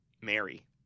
Mary